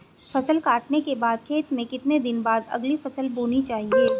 फसल काटने के बाद खेत में कितने दिन बाद अगली फसल बोनी चाहिये?